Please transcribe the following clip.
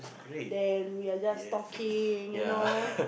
then we are just talking you know